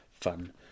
fun